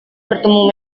bertemu